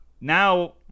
Now